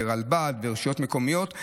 רלב"ד ורשויות מקומיות,